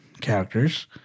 characters